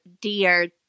dear